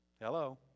Hello